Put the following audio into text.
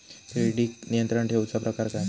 किडिक नियंत्रण ठेवुचा प्रकार काय?